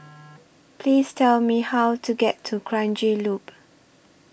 Please Tell Me How to get to Kranji Loop